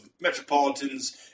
metropolitans